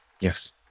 Yes